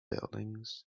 buildings